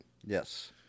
Yes